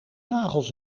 nagels